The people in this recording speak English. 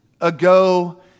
ago